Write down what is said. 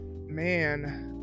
Man